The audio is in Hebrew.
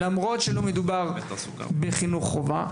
למרות שלא מדובר בחינוך חובה.